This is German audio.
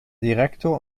direktor